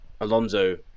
Alonso